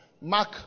Mark